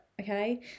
okay